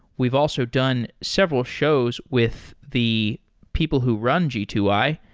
we've also done several shows with the people who run g two i,